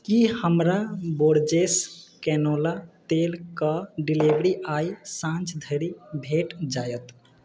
की हमरा Borges canola तेल कऽ डिलीवरी आइ साँझ धरि भेट जायत